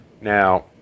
now